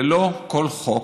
ללא כל חוק,